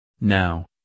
Now